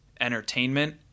entertainment